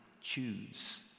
choose